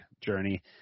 journey